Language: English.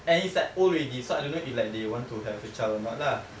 and he's like old already so I don't know if like they want to have a child or not lah